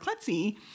klutzy